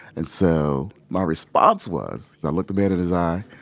and so, my response was i looked the man in his eye.